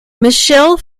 michelle